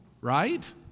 right